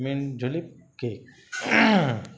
منجلک cake